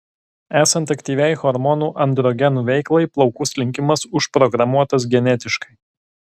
esant aktyviai hormonų androgenų veiklai plaukų slinkimas užprogramuotas genetiškai